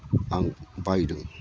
आं बायदों